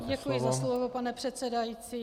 Děkuji za slovo, pane předsedající.